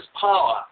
power